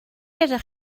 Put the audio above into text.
ydych